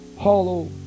hollow